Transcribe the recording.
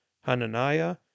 Hananiah